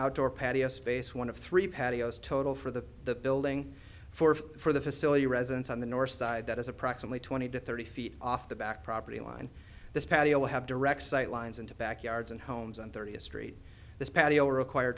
outdoor patio space one of three patios total for the the building four for the facility residents on the north side that is approximately twenty to thirty feet off the back property line this patio have direct sight lines into backyards and homes on thirtieth street this patio require